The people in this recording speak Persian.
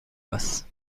است